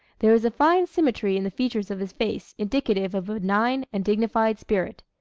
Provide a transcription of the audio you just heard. there is a fine symmetry in the features of his face indicative of a benign and dignified spirit.